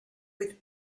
with